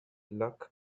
luck